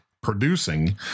producing